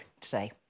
today